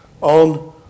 on